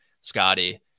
Scotty